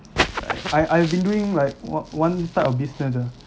I I've been doing like what one type of business ah